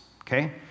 okay